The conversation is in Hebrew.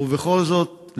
ובכל זאת,